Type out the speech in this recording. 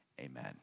Amen